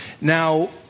Now